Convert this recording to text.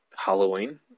Halloween